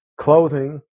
clothing